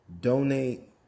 donate